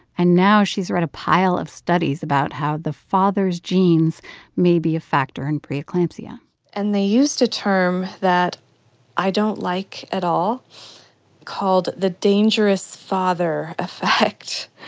and now she's read a pile of studies about how the father's genes may be a factor in pre-eclampsia and they used a term that i don't like at all called the dangerous father effect.